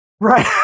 Right